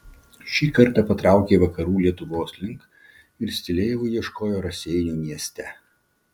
šį kartą patraukė vakarų lietuvos link ir stileivų ieškojo raseinių mieste